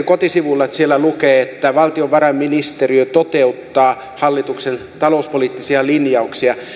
kotisivuilla että siellä lukee että valtiovarainministeriö toteuttaa hallituksen talouspoliittisia linjauksia